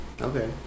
Okay